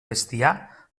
bestiar